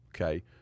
Okay